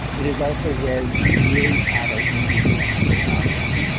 it is also where we really had our indianness beaten out of us.